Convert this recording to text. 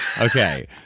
okay